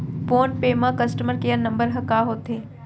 Phone पे म customer care number ह का होथे?